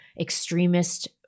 extremist